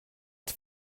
its